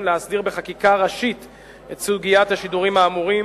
להסדיר בחקיקה ראשית את סוגיית השידורים האמורים,